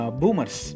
boomers